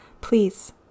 Please